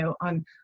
on